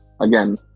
again